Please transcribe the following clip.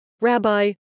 Rabbi